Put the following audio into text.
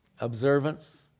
observance